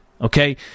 okay